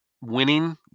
winning